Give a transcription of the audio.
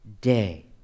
day